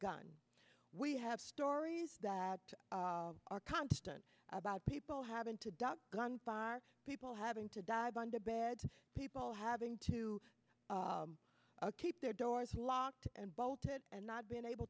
gun we have stories that are constant about people having to duck gunfire people having to dive under beds people having to keep their doors locked and bolted and not been able